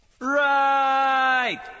Right